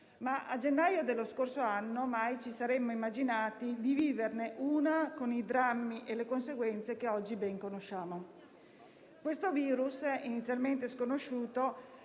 ma a gennaio dello scorso anno mai ci saremmo immaginati di viverne una con i drammi e le conseguenze che oggi ben conosciamo. Questo virus, inizialmente sconosciuto,